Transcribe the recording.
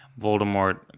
Voldemort